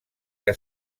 que